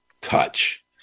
touch